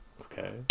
Okay